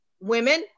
Women